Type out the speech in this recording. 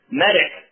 medic